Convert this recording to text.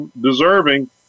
deserving